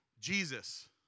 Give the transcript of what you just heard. Jesus